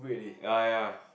ya ya